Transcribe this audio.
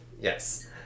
Yes